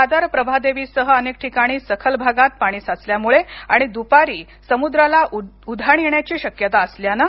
दादर प्रभादेवी सह अनेक ठिकाणी सखल भागात पाणी साचल्यामुळे आणि दूपारी समुद्राला उधाण येण्याची शक्यता असल्यानं